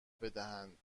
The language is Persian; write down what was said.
بدهند